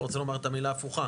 לא רוצה לומר את המילה ההפוכה.